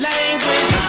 language